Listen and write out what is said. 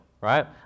right